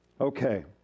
Okay